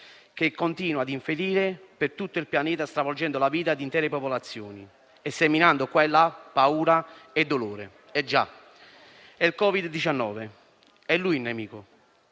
che continua ad infierire per tutto il pianeta, stravolgendo la vita di intere popolazioni e seminando qua e là paura e dolore. È il Covid-19: è lui il nemico.